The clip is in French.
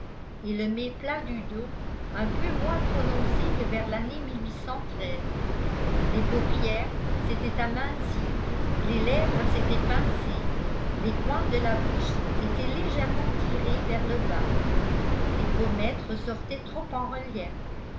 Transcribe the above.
et le méplat du dos un peu moins prononcé que vers l'année les paupières s'étaient amincies les lèvres s'étaient pincées les coins de la bouche étaient légèrement tirées vers le bas les pommettes ressortaient trop en relief